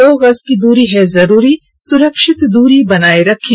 दो गज की दूरी है जरूरी सुरक्षित दूरी बनाए रखें